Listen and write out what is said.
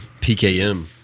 PKM